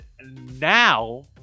now